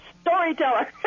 Storyteller